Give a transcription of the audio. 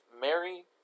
Mary